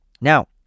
Now